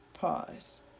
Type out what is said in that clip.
pause